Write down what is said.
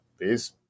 Peace